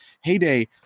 Heyday